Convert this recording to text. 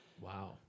Wow